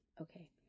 Okay